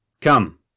Come